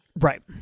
right